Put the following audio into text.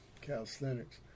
calisthenics